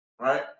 right